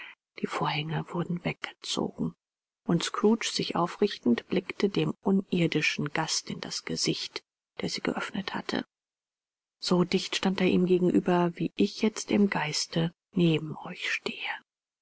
die vorhänge wurden weggezogen und scrooge sich aufrichtend blickte dem unirdischen gast in das gesicht der sie geöffnet hatte so dicht stand er ihm gegenüber wie ich jetzt im geiste neben euch stehe